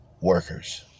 workers